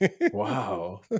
Wow